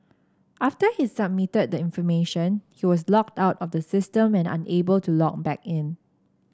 after he submitted the information he was logged out of the system and unable to log back in